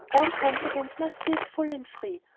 our confidence must be as full and free,